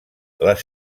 les